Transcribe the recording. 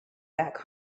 back